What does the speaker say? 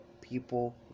people